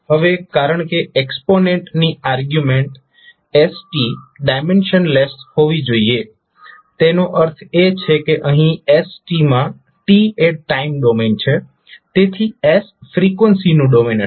હવે કારણ કે એક્સ્પોનેન્ટ ની આર્ગ્યુમેન્ટ st ડાયમેંશનલેસ હોવી જોઈએ તેનો અર્થ એ છે કે અહીં st માં t એ ટાઈમ ડોમેન છે તેથી s ફ્રીક્વન્સીનું ડોમેન હશે